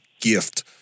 gift